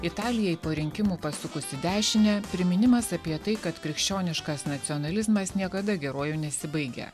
italijoje po rinkimų pasukus į dešinę priminimas apie tai kad krikščioniškas nacionalizmas niekada geruoju nesibaigia